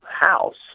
house